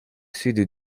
sud